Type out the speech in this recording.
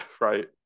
right